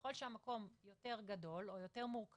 ככל שהמקום יותר גדול או יותר מורכב,